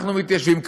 אנחנו מתיישבים.